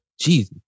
Jesus